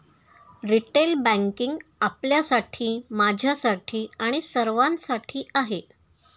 retail banking आपल्यासाठी, माझ्यासाठी आणि सर्वांसाठी आहे